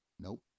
Nope